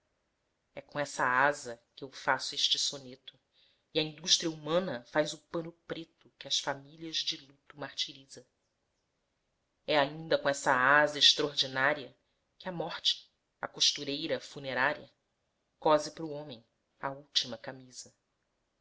é com essa asa que eu faço este soneto e a indústria humana faz o pano preto que as famílias de luto martiriza é ainda com essa asa extraordinária que a morte a costureira funerária cose para o homem a última camisa